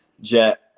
Jet